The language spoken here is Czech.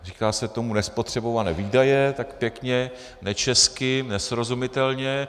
Říká se tomu nespotřebované výdaje tak pěkně nečesky, nesrozumitelně.